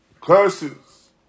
curses